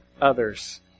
others